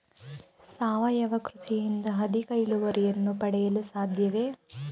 ಸಾವಯವ ಕೃಷಿಯಿಂದ ಅಧಿಕ ಇಳುವರಿಯನ್ನು ಪಡೆಯಲು ಸಾಧ್ಯವೇ?